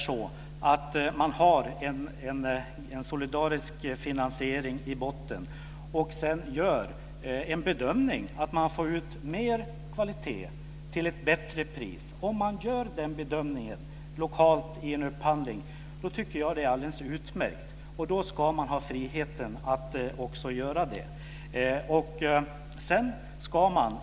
Om man har en solidarisk finansiering i botten och sedan i en upphandling gör bedömningen lokalt att man får ut mer kvalitet till ett bättre pris tycker jag att det är alldeles utmärkt. Om man gör den bedömningen tycker jag att man ska ha friheten att göra den vinsten.